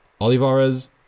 Olivares